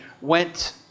went